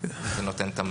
זה נותן את המענה.